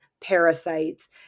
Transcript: parasites